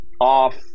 off